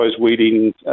weeding